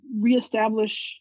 reestablish